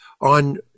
on